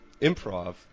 Improv